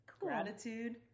gratitude